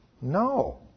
No